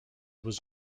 was